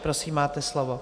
Prosím, máte slovo.